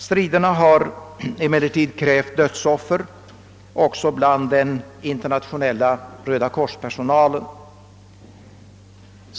Striderna har emellertid krävt dödsoffer också bland den internationella rödakorspersonalen.